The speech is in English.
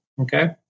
Okay